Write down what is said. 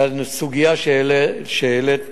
לסוגיה שהעלית